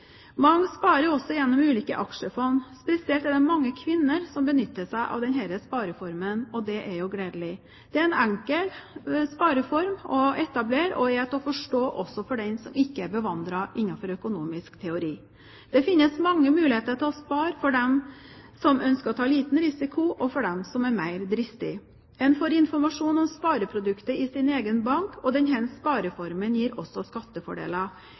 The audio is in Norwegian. Mange sparer også gjennom ulike aksjefond. Spesielt er det mange kvinner som benytter seg av denne spareformen, og det er jo gledelig. Det er en enkel spareform å etablere, og lett å forstå også for den som ikke er bevandret innenfor økonomisk teori. Det finnes mange muligheter til å spare for dem som ønsker å ta liten risiko og for dem som er mer dristige. En får informasjon om spareproduktet i sin egen bank, og denne spareformen gir også skattefordeler.